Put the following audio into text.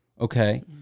okay